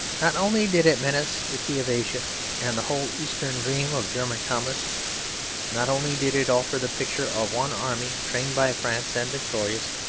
not only did it menace the key of asia and the whole eastern dream of german commerce not only did it offer the picture of one army trained by france and victorious,